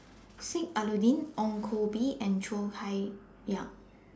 Sheik Alau'ddin Ong Koh Bee and Cheo Chai Hiang